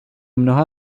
mnoha